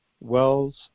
wells